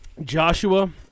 Joshua